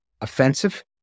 offensive